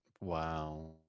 Wow